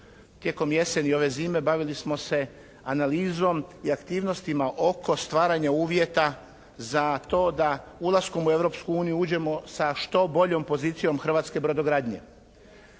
Tijekom jeseni i ove zime bavili smo se analizom i aktivnostima oko stvaranja uvjeta za to da ulaskom u Europsku uniju uđemo sa što boljom pozicijom hrvatske brodogradnje.